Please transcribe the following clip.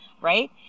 right